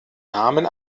namen